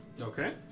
Okay